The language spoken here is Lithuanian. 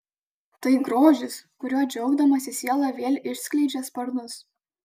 tai grožis kuriuo džiaugdamasi siela vėl išskleidžia sparnus